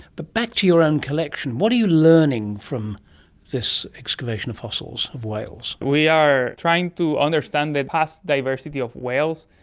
but back to your own collection, what are you learning from this excavation of fossils, of whales? we are trying to understand the past diversity of whales.